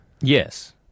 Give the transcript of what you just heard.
Yes